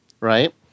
right